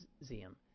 museum